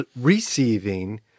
receiving